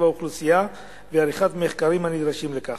האוכלוסייה ועריכת מחקרים הנדרשים לכך.